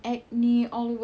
oh we're talking about